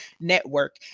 Network